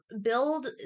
build